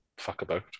fuckabout